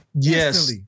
Yes